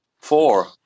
Four